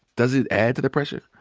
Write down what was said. does it add to the pressure?